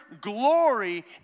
glory